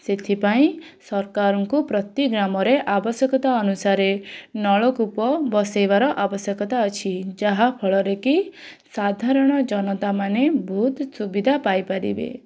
ସେଥିପାଇଁ ସରକାରଙ୍କୁ ପ୍ରତି ଗ୍ରାମରେ ଆବଶ୍ୟକତା ଅନୁସାରେ ନଳକୂପ ବସେଇବାର ଆବଶ୍ୟକତା ଅଛି ଯାହାଫଳରେକି ସାଧାରଣ ଜନତାମାନେ ବହୁତ ସୁବିଧା ପାଇପାରିବେ